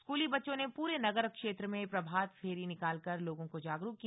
स्कूली बच्चों ने पूरे नगर क्षेत्र में प्रभात फेरी निकालकर लोगों को जागरूक किया